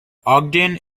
ogden